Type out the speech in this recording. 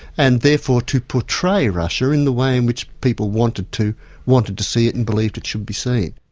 and therefore to portray russia in the way in which people wanted to wanted to see it and believed it should be seen.